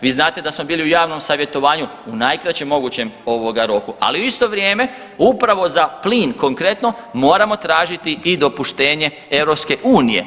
Vi znate da smo bili u javnom savjetovanju u najkraćem mogućem ovoga roku, ali u isto vrijeme upravo za plin konkretno moramo tražiti i dopuštenje EU.